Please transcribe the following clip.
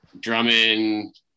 Drummond